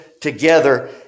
together